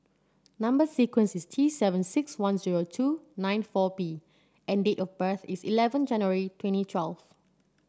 number sequence is T seven six one zero two nine four B and date of birth is eleven January twenty twelve